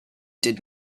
did